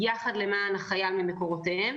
"יחד למען החייל" ממקורותיהם,